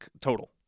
total